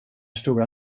stora